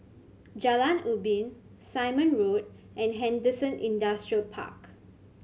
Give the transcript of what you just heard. Jalan Ubin Simon Road and Henderson Industrial Park